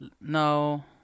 no